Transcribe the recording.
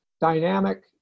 dynamic